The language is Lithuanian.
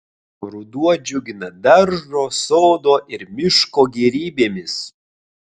ruduo džiugina daržo sodo ir miško gėrybėmis